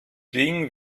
ding